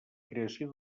creació